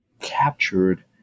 captured